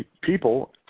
people